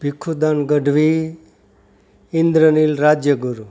Bhikhudan Gadhvi Indranil Rajyaguru